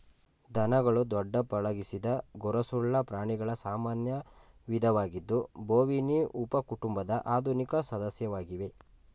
ದನಗಳು ದೊಡ್ಡ ಪಳಗಿಸಿದ ಗೊರಸುಳ್ಳ ಪ್ರಾಣಿಗಳ ಸಾಮಾನ್ಯ ವಿಧವಾಗಿದ್ದು ಬೋವಿನಿ ಉಪಕುಟುಂಬದ ಆಧುನಿಕ ಸದಸ್ಯವಾಗಿವೆ